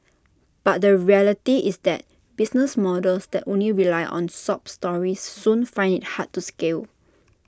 but the reality is that business models that only rely on sob stories soon find IT hard to scale